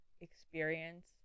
experience